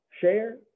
share